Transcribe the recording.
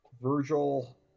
Virgil